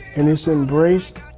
and it's embraced,